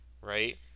right